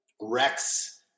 Rex